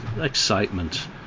Excitement